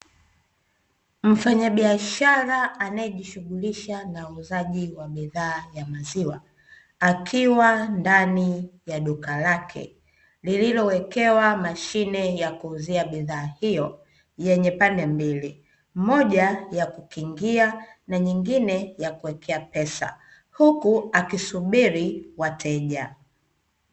Mfanyabiashara anayejishughulisha na uuzaji wa bidhaa ya maziwa, akiwa ndani ya duka lake lililowekewa mashine ya kuuzia bidhaa hiyo yenye pande mbili: moja ya kukuingia na nyingine ya kuwekea pesa; huku akisubiri wateja.